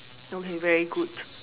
don't have very good